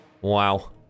Wow